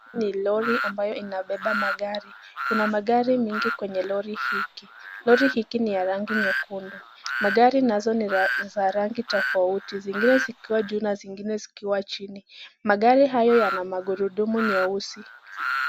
Hii ni lori ambayo inabeba magari. Kuna magari mingi kwenye lori hiki. Lori hiki ni ya rangi nyekundu. Magari nazo ni za rangi tofauti, zingine zikiwa juu na zingine zikiwa chini. Magari hayo yana magurudumu nyeusi.